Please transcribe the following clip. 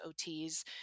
OTs